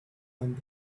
and